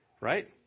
right